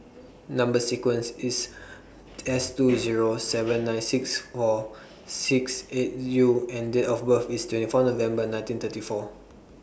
Number sequence IS S two Zero seven nine six Or six eight U and Date of birth IS twenty four November nineteen thirty four